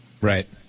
Right